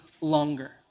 longer